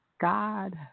God